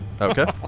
Okay